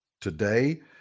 Today